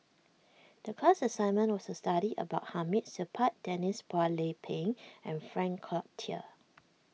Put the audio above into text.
the class assignment was to study about Hamid Supaat Denise Phua Lay Peng and Frank Cloutier